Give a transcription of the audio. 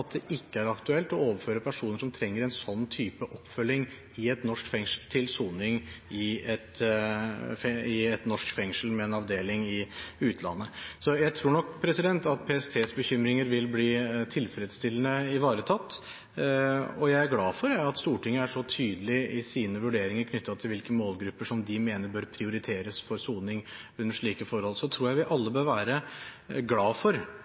det ikke er aktuelt å overføre personer som trenger en sånn type oppfølging i et norsk fengsel, til soning i et norsk fengsel med en avdeling i utlandet. Så jeg tror nok at PSTs bekymringer vil bli tilfredsstillende ivaretatt, og jeg er glad for at Stortinget er så tydelig i sine vurderinger knyttet til hvilke målgrupper som de mener bør prioriteres for soning under slike forhold. Så tror jeg vi alle bør være glad for,